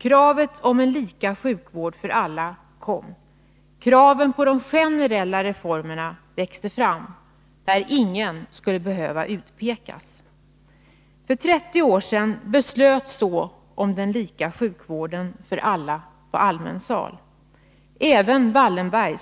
Kraven på en lika sjukvård för alla kom. Kravet på de generella reformerna, där ingen skulle behöva utpekas, växte fram. För 30 år sedan beslutade man om lika sjukvård för alla på allmän sal — även Wallenberg